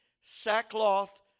sackcloth